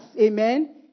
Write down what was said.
Amen